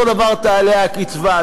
אותו דבר תעלה הקצבה.